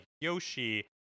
Yoshi